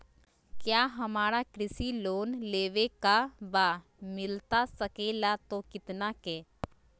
क्या हमारा कृषि लोन लेवे का बा मिलता सके ला तो कितना के?